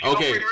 Okay